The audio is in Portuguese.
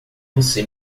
você